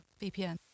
vpn